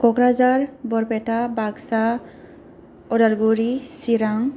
Kokrajhar Barpeta Baksa Udalguri Chirang